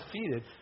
defeated